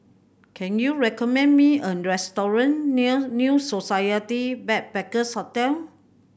can you recommend me a restaurant near New Society Backpackers' Hotel